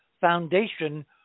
foundation